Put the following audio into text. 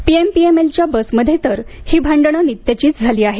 पीएमपीएमएलच्या बसमध्ये तर ही भांडणं नित्याचीच झाली आहेत